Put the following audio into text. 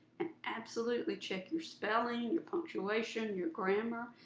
and absolutely check your spelling, your punctuation, your grammar.